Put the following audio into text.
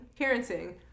parenting